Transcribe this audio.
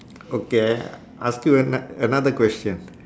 okay ask you ano~ another question